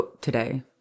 today